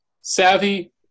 savvy